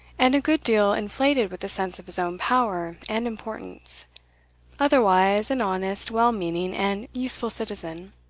and a good deal inflated with the sense of his own power and importance otherwise an honest, well-meaning, and useful citizen.